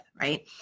right